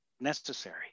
necessary